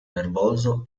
nervoso